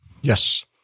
Yes